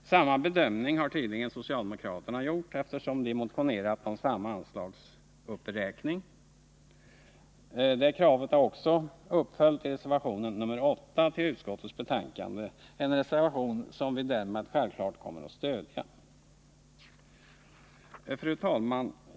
Samma bedömning har tydligen socialdemokraterna gjort, eftersom de motionerat om samma anslagsuppräkning. Kravet är också här uppföljt i reservation 8 vid utskottets betänkande — en reservation som vi därmed självfallet kommer att stödja. Fru talman!